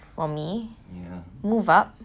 for me move up